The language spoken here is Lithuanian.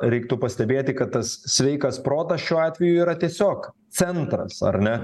reiktų pastebėti kad tas sveikas protas šiuo atveju yra tiesiog centras ar ne